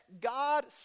God